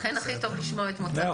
לכן הכי טוב לשמוע את מוצא פיו.